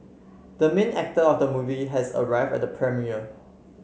the main actor of the movie has arrived at the premiere